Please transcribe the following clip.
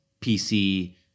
PC